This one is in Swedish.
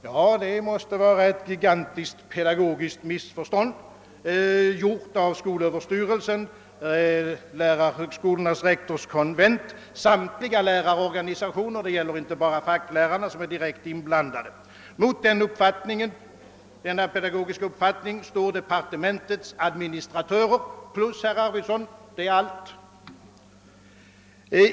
Ja, det måste i så fall vara ett gigantiskt pedagogiskt missförstånd, gjort av skolöverstyrelsen, lärarhögskolornasrektorskonvent och samtliga lärarorganisationer; det gäller alltså inte bara facklärarnas organisationer, som är direkt inblandade. Mot denna pedagogiska uppfattning står departementets administratörer plus herr Arvidson — det är allt.